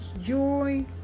joy